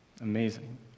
Amazing